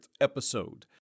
episode